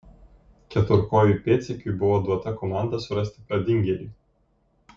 keturkojui pėdsekiui buvo duota komanda surasti pradingėlį